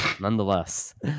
nonetheless